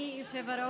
אדוני היושב-ראש,